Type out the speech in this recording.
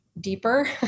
deeper